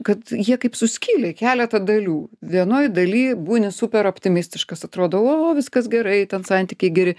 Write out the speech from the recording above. kad jie kaip suskilę į keletą dalių vienoj daly būni super optimistiškas atrodo o viskas gerai ten santykiai geri